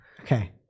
Okay